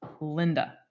Linda